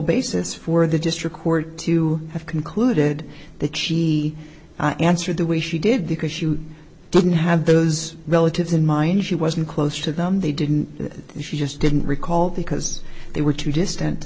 basis for the district court to have concluded that she answered the way she did because you didn't have those relatives in mind she wasn't close to them they didn't and she just didn't recall because they were too distant